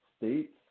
states